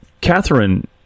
Catherine